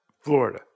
Florida